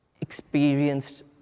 experienced